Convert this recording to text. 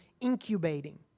incubating